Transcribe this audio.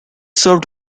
served